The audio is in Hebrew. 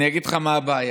אני אגיד לך מה הבעיה.